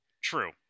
True